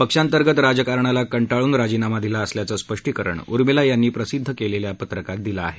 पक्षांतर्गत राजकारणाला कंटाळून राजीनामा दिला असल्याचं स्पष्टीकरण उर्मिला यांनी प्रसिद्ध केलेल्या पत्रकात दिलं आहे